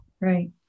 Right